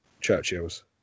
Churchill's